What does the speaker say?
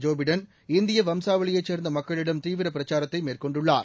Joe Biden இந்திய வம்சாவளியைச் சேர்ந்த மக்களிடம் தீவிர பிரச்சாரத்தை மேற்கொண்டுள்ளார்